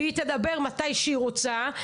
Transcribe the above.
והיא תדבר מתי שהיא רוצה,